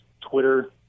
twitter